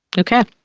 ok